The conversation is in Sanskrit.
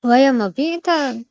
वयमपि तद्